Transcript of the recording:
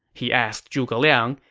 he asked zhuge liang,